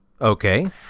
Okay